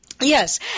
Yes